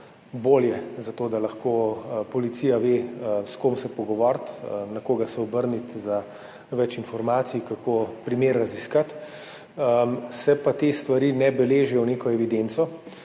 bolje, zato da lahko policija ve, s kom se pogovoriti, na koga se obrniti za več informacij, kako primer raziskati. Se pa te stvari ne beležijo v neko evidenco.